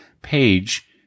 page